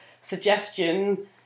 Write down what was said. suggestion